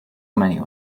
many